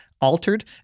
altered